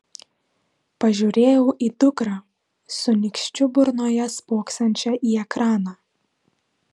pažiūrėjau į dukrą su nykščiu burnoje spoksančią į ekraną